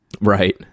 Right